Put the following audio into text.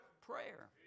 prayer